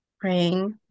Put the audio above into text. praying